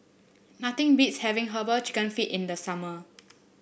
nothing beats having herbal chicken feet in the summer